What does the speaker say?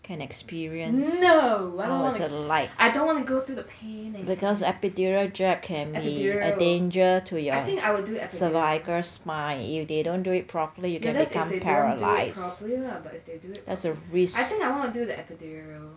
no I don't want to I don't want to go through the pain eh epidural I think I would do epidural yeah that's if they don't do it properly lah but if they do it I think I want to do the epidural